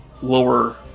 lower